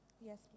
Yes